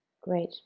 Great